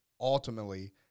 ultimately